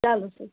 چلو ٹھیٖک چھُ